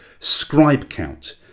ScribeCount